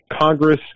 Congress